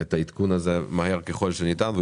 את העדכון הזה מהר ככל שניתן והוא